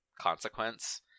consequence